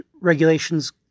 regulations